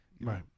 right